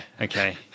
Okay